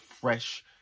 fresh